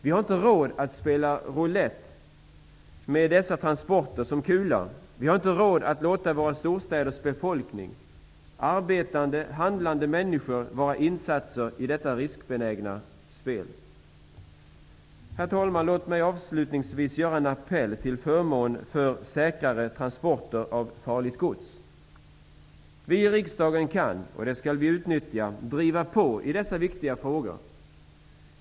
Vi har inte råd att spela roulett med dessa transporter som kula, och vi har inte råd att låta våra storstäders befolkning av arbetande, handlande människor vara insatserna i detta riskbenägna spel. Herr talman, låt mig avslutningsvis göra en appel till förmån för säkrare transporter av farligt gods. Vi i riksdagen kan -- och det skall vi utnyttja -- driva på i dessa viktiga frågor.